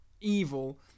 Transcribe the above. evil